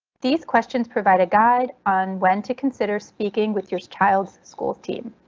these questions provide a guide on when to consider speaking with your child's school team.